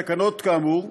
כאמור